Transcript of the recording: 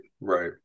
right